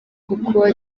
uko